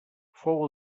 fou